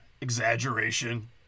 exaggeration